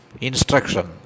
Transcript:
Instruction